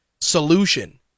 solution